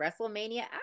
WrestleMania